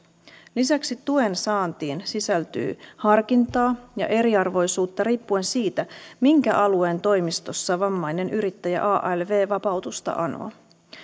lisäksi tuensaantiin sisältyy harkintaa ja eriarvoisuutta riippuen siitä minkä alueen toimistossa vammainen yrittäjä alv vapautusta anoo